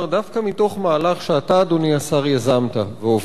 מתוך מהלך שאתה אדוני השר יזמת והובלת,